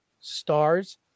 stars